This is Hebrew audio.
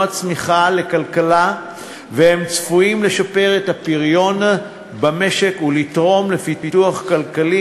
צמיחה לכלכלה וצפוי שישפרו את הפריון במשק ויתרמו לפיתוח כלכלי